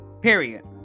period